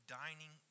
dining